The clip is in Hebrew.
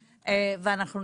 חודשים.